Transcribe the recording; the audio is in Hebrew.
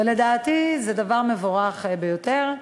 ולדעתי זה דבר מבורך ביותר.